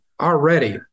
already